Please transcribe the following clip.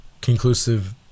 conclusive